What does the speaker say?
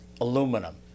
aluminum